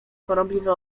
chorobliwe